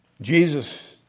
Jesus